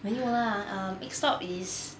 没有 lah um egg stop is